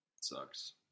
sucks